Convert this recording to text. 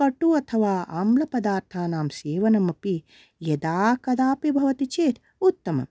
कटु अथवा आम्लपदार्थानां सेवनमपि यदा कदापि भवति चेत् उत्तमम्